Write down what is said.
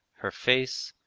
her face,